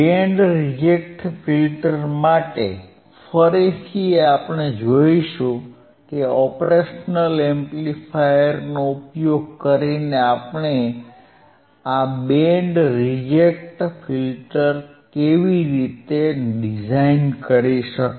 band reject filter માટે ફરીથી આપણે જોઈશું કે ઓપરેશનલ એમ્પ્લીફાયરનો ઉપયોગ કરીને આપણે આ બેન્ડ રિજેક્ટ ફિલ્ટરને કેવી રીતે ડિઝાઇન કરી શકીએ